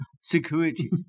security